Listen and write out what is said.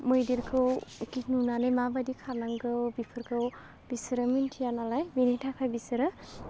मैदेरखौ गि नुनानै माबायदि खारनांगौ बिफोरखौ बिसोरो मिथिया नालाय बिनि थाखाय बिसोरो